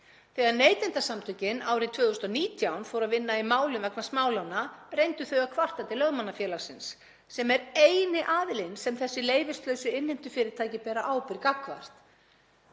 Þegar Neytendasamtökin fóru árið 2019 að vinna í málum vegna smálána reyndu þau að kvarta til Lögmannafélagsins sem er eini aðilinn sem þessi leyfislausu innheimtufyrirtæki bera ábyrgð gagnvart